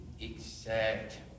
exact